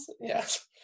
Yes